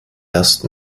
erst